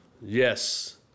Yes